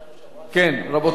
כן, רבותי.